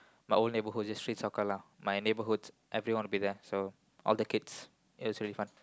my old neighbourhood is just street soccer lah my neighbourhood everyone will be there so all the kids is really fun